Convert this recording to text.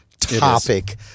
topic